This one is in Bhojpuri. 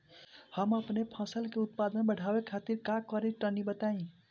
हम अपने फसल के उत्पादन बड़ावे खातिर का करी टनी बताई?